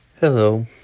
Hello